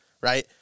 right